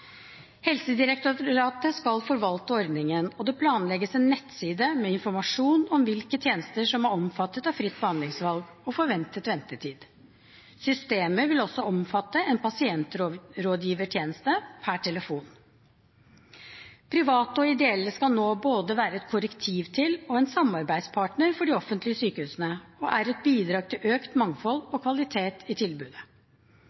Helsedirektoratet skal forvalte ordningen, og det planlegges en nettside med informasjon om hvilke tjenester som er omfattet av fritt behandlingsvalg, og hva som er forventet ventetid. Systemet vil også omfatte en pasientrådgivertjeneste per telefon. Private og ideelle skal nå være både et korrektiv til og en samarbeidspartner for de offentlige sykehusene, og de er et bidrag til økt mangfold og kvalitet i tilbudet.